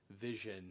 vision